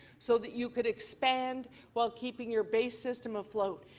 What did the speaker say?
so that you could expand while keeping your base system afloat.